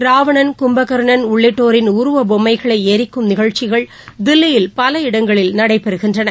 ராவணன் கும்பகர்ணன் உள்ளிட்டோரின் உருவபொம்மைகளைஎரிக்கும் நிகழ்ச்சிகள் தில்லியில் பல இடங்களில் நடைபெறுகின்றன